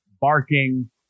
barking